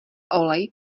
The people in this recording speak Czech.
olej